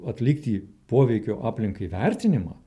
atlikti poveikio aplinkai vertinimą